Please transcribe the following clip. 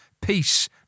Peace